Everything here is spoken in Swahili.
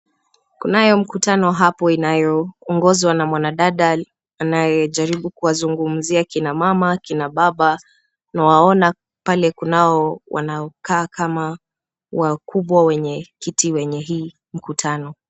Kunayo mkutano hapo inayoongozwa na mwanadada anayejaribu kuwazungumzia kina mama, kina baba. Nawaona pale kunao wanaokaa kama wakubwa wenye kiti wenye hii mkutano.